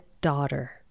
daughter